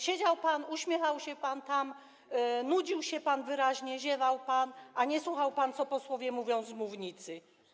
Siedział pan tam, uśmiechał się pan, nudził się pan wyraźnie, ziewał pan, a nie słuchał pan, co posłowie mówią z mównicy.